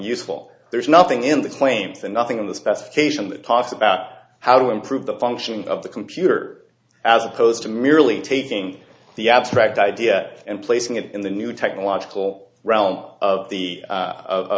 useful there's nothing in the claims and nothing in the specification that talks about how to improve the function of the computer as opposed to merely taking the abstract idea and placing it in the new technological realm of the